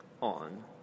on